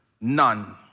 None